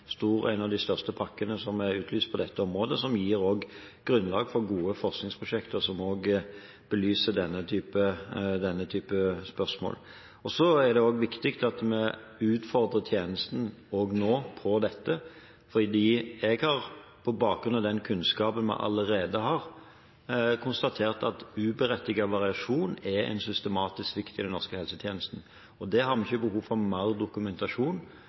utlyst på dette området, og den gir grunnlag for gode forskningsprosjekter som også belyser denne typen spørsmål. Det er viktig at vi utfordrer tjenesten også på dette, for jeg har på bakgrunn av den kunnskapen vi allerede har, konstatert at uberettiget variasjon er en systematisk svikt i den norske helsetjenesten. Det har vi ikke behov for mer dokumentasjon